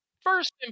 first